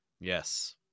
Yes